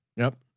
yep.